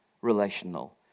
relational